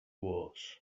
was